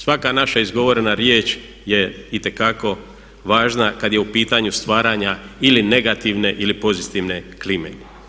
Svaka naša izgovorena riječ je itekako važna kad je u pitanju stvaranja ili negativne ili pozitivne klime.